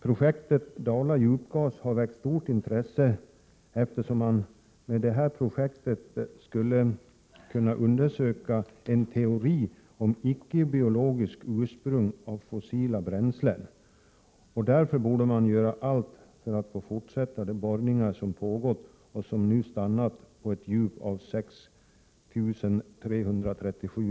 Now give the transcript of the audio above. Projektet Dala Djupgas har väckt stort intresse, då man med detta projekt bl.a. skulle kunna undersöka en teori om icke-biologiskt ursprung av fossilt bränsle. Därför borde allt göras för att fortsätta de borrningar som har pågått och som nu har stannat på ett djup av 6 337 m.